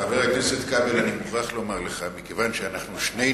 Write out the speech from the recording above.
חבר הכנסת כבל, אני מוכרח לומר לך שמכיוון ששנינו